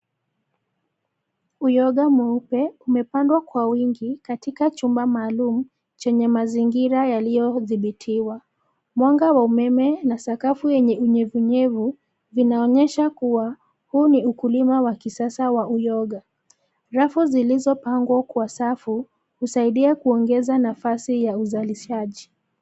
Uyoga mweupe, umepandwa kwa wingi, katika chumba maalum, chenye mazingira yaliyothibitiwa. Mwanga wa umeme, na sakafu yenye unyevunyevu, vinaonyesha kuwa, huu ni ukulima wa kisasa wa uyoga. Rafu zilizopangwa kwa safu, husaidia kuongeza nafasi ya uzalishaji.